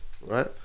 right